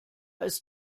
ist